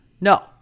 No